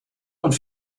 und